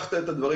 שאמרת בפתיחה,